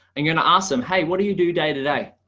and you're gonna ask them hey, what do you do day to day?